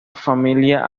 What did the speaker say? familia